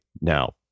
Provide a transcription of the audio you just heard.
now